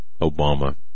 Obama